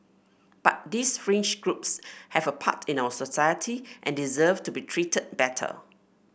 but these fringe groups have a part in our society and deserve to be treated better